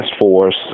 force